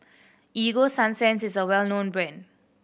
Ego Sunsense is a well known brand